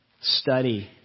study